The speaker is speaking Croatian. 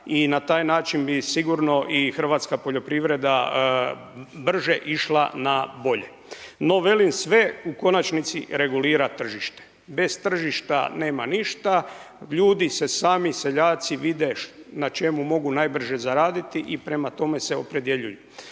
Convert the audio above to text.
i na taj način bi sigurno i hrvatska poljoprivreda brže išla na bolje. No velim sve u konačnici regulira tržište, bez tržišta nema ništa, ljudi se sami seljaci vide na čemu mogu najbrže zaraditi i prema tome se opredjeljuju.